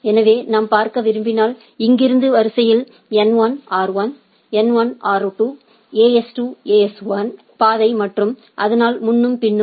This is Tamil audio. எனவே நாம் பார்க்க விரும்பினால் இங்கிருந்து வரிசையில் N1 R2 N1 R2 AS2 AS1 பாதை மற்றும் அதனால் முன்னும் பின்னுமாக